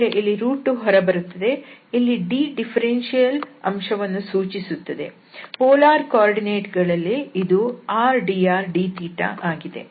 ಅಂದರೆ ಇಲ್ಲಿ 2 ಹೊರಬರುತ್ತದೆ ಇಲ್ಲಿ d ಡಿಫರೆನ್ಷಿಯಲ್ ಅಂಶವನ್ನು ಸೂಚಿಸುತ್ತದೆ ಧ್ರುವ ನಿರ್ದೇಶಾಂಕ ಗಳಲ್ಲಿ ಇದು rdrdθ ಆಗಿದೆ